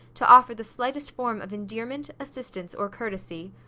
to offer the slightest form of endearment, assistance or courtesy.